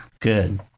Good